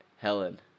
Helen